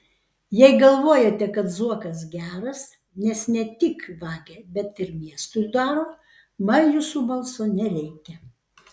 jei galvojate kad zuokas geras nes ne tik vagia bet ir miestui daro man jūsų balso nereikia